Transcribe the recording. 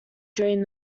during